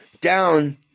down